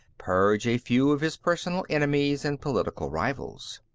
purge a few of his personal enemies and political rivals.